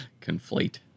Conflate